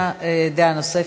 דעה נוספת.